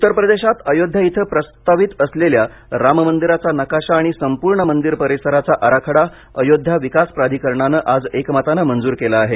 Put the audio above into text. उत्तर प्रदेशात अयोध्या इथं प्रस्तावित असलेल्या राम मंदिराचा नकाशा आणि संपूर्ण मंदिर परिसराचा आराखडा अयोध्या विकास प्राधिकरणानं आज एकमतानं मंजूर केला आहे